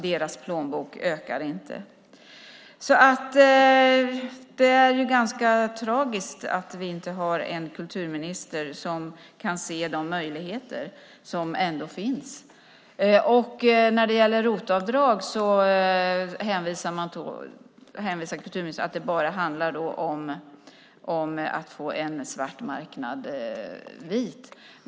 Deras plånböcker ökar inte i omfång. Det är ganska tragiskt att vi inte har en kulturminister som kan se de möjligheter som ändå finns. När det gäller ROT-avdrag hänvisar kulturministern till att det bara handlar om att få en svart marknad vit.